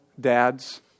dads